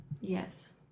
Yes